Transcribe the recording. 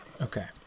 Okay